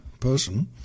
person